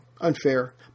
unfair